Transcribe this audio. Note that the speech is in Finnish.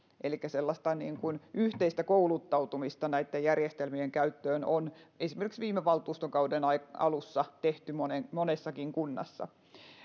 elikkä sellaista yhteistä kouluttautumista näitten järjestelmien käyttöön on esimerkiksi viime valtuustokauden alussa tehty monessakin kunnassa